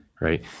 right